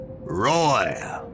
Roy